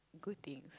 good thing